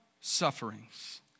sufferings